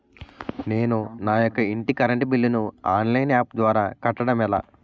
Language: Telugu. నేను నా యెక్క ఇంటి కరెంట్ బిల్ ను ఆన్లైన్ యాప్ ద్వారా కట్టడం ఎలా?